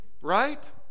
Right